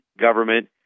government